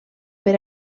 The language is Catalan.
per